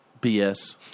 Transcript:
BS